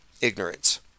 ignorance